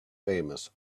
famous